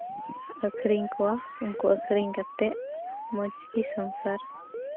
ᱟᱹᱠᱷᱨᱤᱧ ᱠᱚᱣᱟ ᱩᱱᱠᱩ ᱟᱹᱠᱷᱨᱤᱧ ᱠᱟᱛᱮᱫ ᱢᱚᱡᱽ ᱜᱮ ᱥᱚᱝᱥᱟᱨ